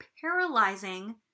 paralyzing